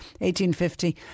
1850